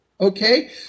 okay